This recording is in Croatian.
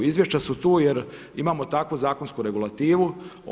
Izvješća su tu jer imamo takvu zakonsku regulativu.